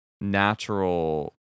natural